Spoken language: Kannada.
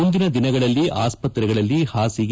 ಮುಂದಿನ ದಿನಗಳಲ್ಲಿ ಆಸ್ಪತ್ರೆಗಳಲ್ಲಿ ಹಾಸಿಗೆ